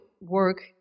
work